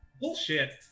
Bullshit